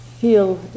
feel